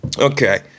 Okay